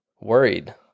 worried